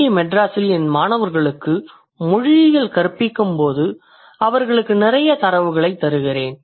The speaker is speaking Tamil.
டி மெட்ராஸில் என் மாணவர்களுக்கு மொழியியல் கற்பிக்கும் போது நான் அவர்களுக்கு நிறைய தரவுகளை தருகிறேன்